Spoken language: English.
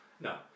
No